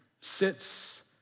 sits